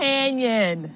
Canyon